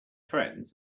friends